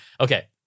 Okay